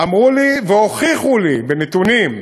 אמרו לי והוכיחו לי, בנתונים,